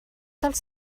dels